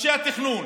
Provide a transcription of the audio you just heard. אנשי התכנון